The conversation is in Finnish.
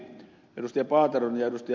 paateron ja ed